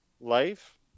life